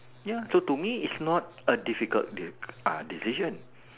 ya so to me it's not a difficult decision